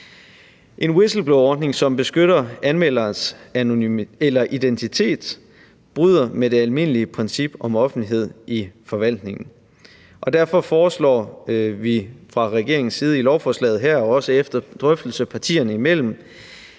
En whistleblowerordning, som beskytter anmelderens identitet, bryder med det almindelige princip om offentlighed i forvaltningen, og derfor foreslår vi fra regeringens side i lovforslaget her og også efter en drøftelse partierne imellem,